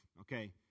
okay